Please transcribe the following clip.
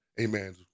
amen